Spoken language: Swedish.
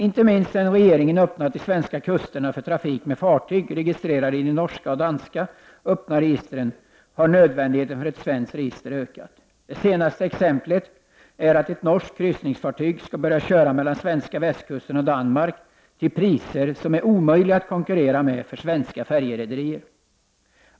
Inte minst sedan regeringen öppnat de svenska kusterna för trafik med fartyg registrerade i de norska och danska öppna registren, har nödvändigheten av ett svenskt register ökat. Det senaste exemplet är att ett norskt kryssningsfartyg skall börja köra mellan den svenska västkusten och Danmark, till priser som är omöjliga att konkurrera med för svenska färjerederier.